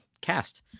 cast